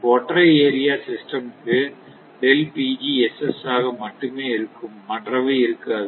ஒற்றை area system க்கு மட்டுமே இருக்கும் மற்றவை இருக்காது